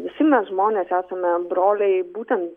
visi mes žmonės esame broliai būtent